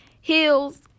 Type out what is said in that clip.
heels